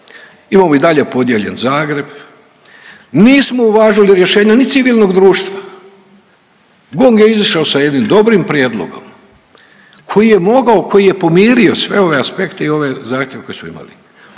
Imamo i dalje podijeljen Zagreb, nismo uvažili rješenja ni civilnog društva. GONG je izišao s jednim dobrim prijedlogom koji je mogao koji je pomirio sve ove aspekte i ove zahtjeve koje su imali,